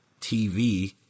TV